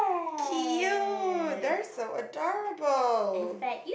cute they're so adorable